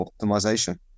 optimization